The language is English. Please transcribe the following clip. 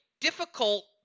difficult